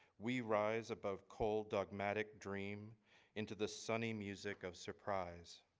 we rise above coal dogmatic dream into the sunny music of surprise.